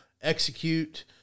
execute